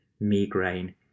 migraine